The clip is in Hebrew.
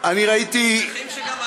אנחנו שמחים שגם אתה פה, יאיר.